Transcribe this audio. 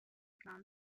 clan